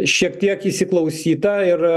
šiek tiek įsiklausyta ir